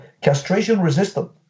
castration-resistant